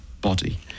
body